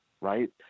right